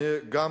אני גם,